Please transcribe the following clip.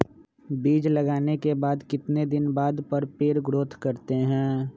बीज लगाने के बाद कितने दिन बाद पर पेड़ ग्रोथ करते हैं?